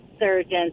Surgeons